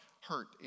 hurt